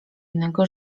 innego